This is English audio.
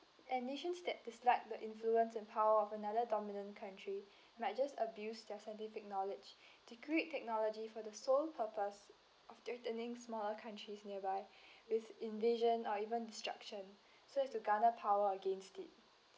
and nations that dislike the influence and power of another dominant country might just abuse their scientific knowledge to create technology for the sole purpose of threatening smaller countries nearby with invasion or even destruction so as to garner power against it